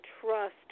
trust